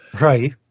Right